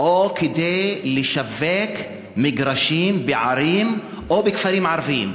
לשווק מגרשים בערים או בכפרים ערביים.